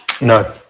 No